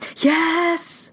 Yes